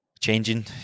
Changing